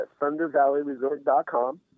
thundervalleyresort.com